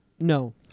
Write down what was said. No